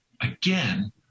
again